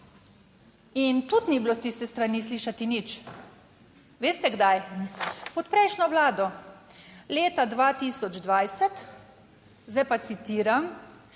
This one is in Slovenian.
in tudi ni bilo s tiste strani slišati nič. Veste kdaj, pod prejšnjo vlado, leta 2020. Zdaj pa citiram: